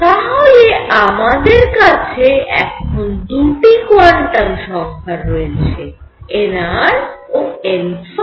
তাহলে আমাদের কাছে এখন দুটি কোয়ান্টাম সংখ্যা রয়েছে nr ও n